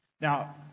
Now